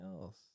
else